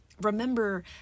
Remember